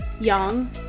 Young